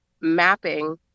mapping